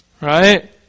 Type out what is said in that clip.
Right